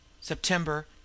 september